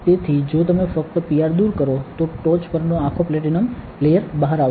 તેથી જો તમે ફક્ત PR દૂર કરો તો ટોચ પરનો આખો પ્લેટિનમ લેયર બહાર આવશે